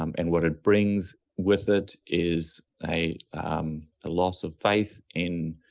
um and what it brings with it is a um a loss of faith in